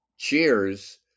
Cheers